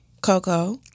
Coco